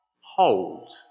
hold